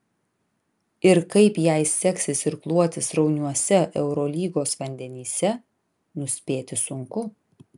ir kaip jai seksis irkluoti srauniuose eurolygos vandenyse nuspėti sunku